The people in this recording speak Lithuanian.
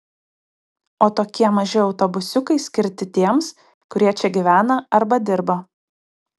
o tokie maži autobusiukai skirti tiems kurie čia gyvena arba dirba